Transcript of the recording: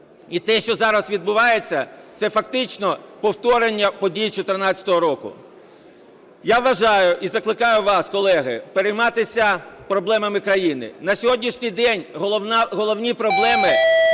і те, що зараз відбувається, це фактично повторення подій 2014 року. Я вважаю і закликаю вас, колеги, перейматися проблемами країни. На сьогоднішній день головні проблеми